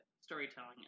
storytelling